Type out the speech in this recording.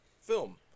film